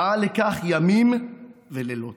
פעל לכך ימים ולילות.